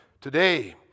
today